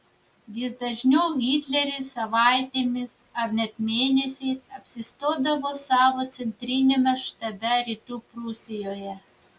vis dažniau hitleris savaitėmis ar net mėnesiais apsistodavo savo centriniame štabe rytų prūsijoje